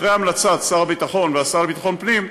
אחרי המלצת שר הביטחון והשר לביטחון הפנים,